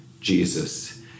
Jesus